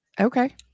okay